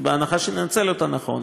בהנחה שננצל אותה נכון,